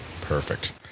Perfect